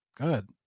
good